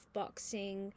boxing